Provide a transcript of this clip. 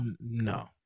No